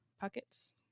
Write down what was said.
pockets